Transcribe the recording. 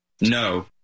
No